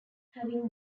having